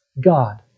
God